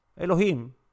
Elohim